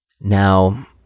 Now